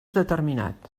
determinat